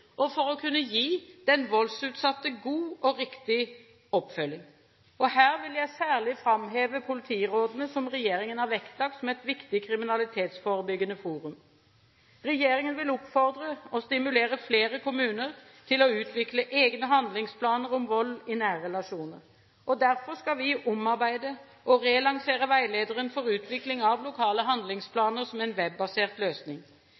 både for å kunne forebygge og for å kunne gi den voldsutsatte god og riktig oppfølging. Her vil jeg særlig framheve politirådene, som regjeringen har vektlagt som et viktig kriminalitetsforebyggende forum. Regjeringen vil oppfordre og stimulere flere kommuner til å utvikle egne handlingsplaner om vold i nære relasjoner. Derfor skal vi omarbeide veilederen for utvikling av lokale handlingsplaner og relansere den som en webbasert løsning.